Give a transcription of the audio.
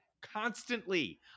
constantly